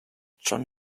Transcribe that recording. john